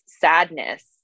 sadness